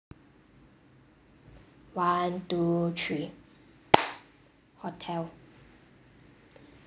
one two three hotel